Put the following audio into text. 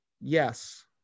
Yes